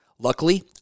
Luckily